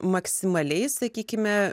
maksimaliai sakykime